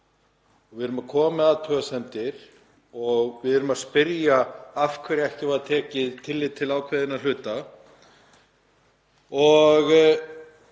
um. Við erum að koma með athugasemdir og við erum að spyrja af hverju ekki var tekið tillit til ákveðinna hluta.